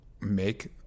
make